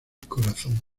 corazón